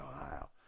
Ohio